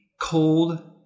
cold